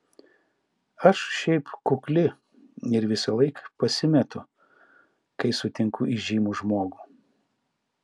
aš šiaip kukli ir visąlaik pasimetu kai sutinku įžymų žmogų